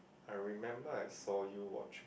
I remember I saw you watching